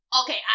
Okay